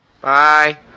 Bye